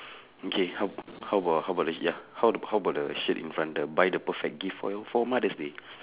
okay how how about how about the ya how how about the shirt in front the buy the perfect gift for your for mother's day